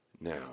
now